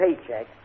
paycheck